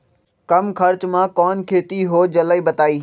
कम खर्च म कौन खेती हो जलई बताई?